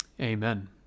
Amen